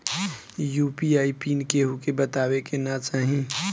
UPI PIN केहू के बतावे के ना चाही